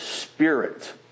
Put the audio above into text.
spirit